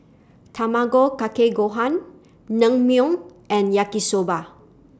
Tamago Kake Gohan Naengmyeon and Yaki Soba